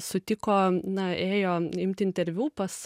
sutiko na ėjo imti interviu pas